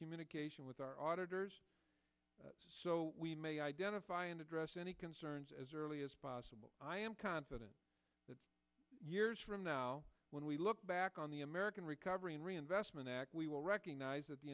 communication with our auditors so we may identify and address any concerns as early as possible i am confident that years from now when we look back on the american recovery and reinvestment act we will recognize that the